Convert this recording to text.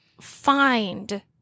find